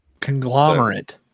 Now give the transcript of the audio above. Conglomerate